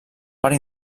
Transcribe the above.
part